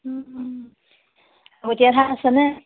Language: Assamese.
এতিয়া ধান